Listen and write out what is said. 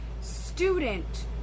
student